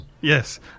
Yes